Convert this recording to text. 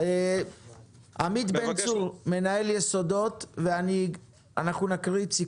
עמית בן-צור, מנהל "יסודות", בבקשה.